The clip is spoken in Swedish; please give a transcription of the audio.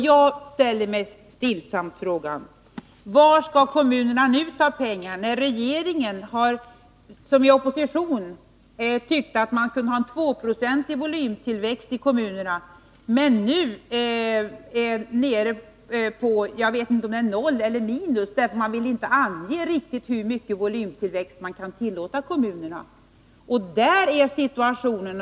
Jag ställer mig stillsamt frågan: Varifrån skall kommunerna nu ta pengar, när socialdemokraterna, som i opposition tyckte att man kunde ha en 2-procentig volymtillväxt i kommunerna, i regeringsställning är nere på en tillväxt på noll eller minus — det är svårt att veta hur stor den blir, eftersom man inte riktigt vill ange hur stor volymtillväxt man kan tillåta kommunerna. Sådan är situationen.